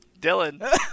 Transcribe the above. Dylan